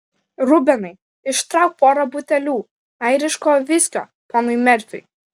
rubenai ištrauk porą butelių airiško viskio ponui merfiui